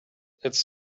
it’s